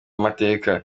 amateka